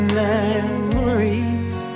memories